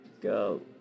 Go